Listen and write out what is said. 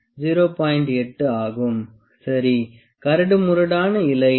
8 ஆகும் சரி கரடுமுரடான இலை